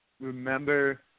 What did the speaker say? remember